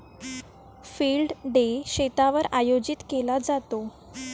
field day शेतावर आयोजित केला जातो